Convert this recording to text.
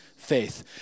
faith